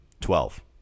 Twelve